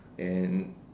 and